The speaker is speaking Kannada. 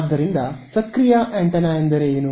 ಆದ್ದರಿಂದ ಸಕ್ರಿಯ ಆಂಟೆನಾ ಎಂದರೆ ಏನು